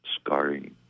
scarring